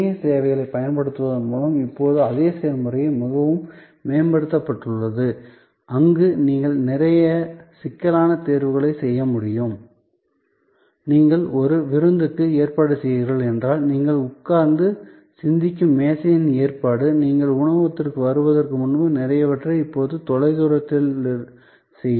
இணைய சேவைகளைப் பயன்படுத்துவதன் மூலம் இப்போது அதே செயல்முறை மிகவும் மேம்படுத்தப்பட்டுள்ளது அங்கு நீங்கள் நிறைய சிக்கலான தேர்வுகளை செய்ய முடியும் நீங்கள் ஒரு விருந்துக்கு ஏற்பாடு செய்கிறீர்கள் என்றால் நீங்கள் உட்கார்ந்து சிந்திக்கும் மேசையின் ஏற்பாடு நீங்கள் உணவகத்திற்கு வருவதற்கு முன்பு நிறையவற்றை இப்போது தொலைதூரத்தில் செய்யலாம்